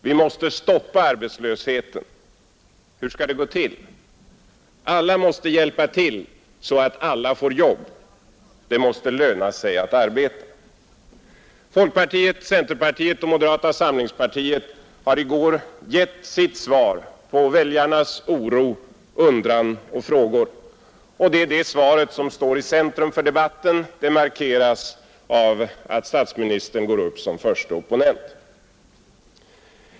Vi mäste stoppa arbetslösheten, Hur skall det gå till? Alla måste hjälpa till så att alla får jobb. Det måste löna sig att arbeta.” Folkpartiet, centerpartiet och moderata samlingspartiet har i går gett sitt svar på väljarnas oro, undran och frågor. Det svaret står i centrum för debatten. vilket markerats av att statsministern gick upp som förste opponent.